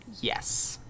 Yes